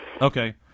okay